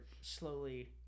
slowly